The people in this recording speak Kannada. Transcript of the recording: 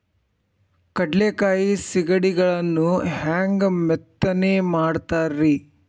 ಕಡಲೆಕಾಯಿ ಸಿಗಡಿಗಳನ್ನು ಹ್ಯಾಂಗ ಮೆತ್ತನೆ ಮಾಡ್ತಾರ ರೇ?